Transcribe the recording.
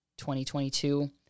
2022